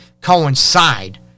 coincide